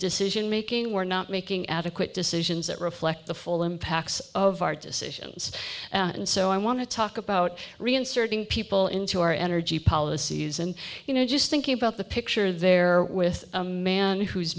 decision making we're not making adequate decisions that reflect the full impacts of our decisions and so i want to talk about reinserting people into our energy policies and you just thinking about the picture there with a man who's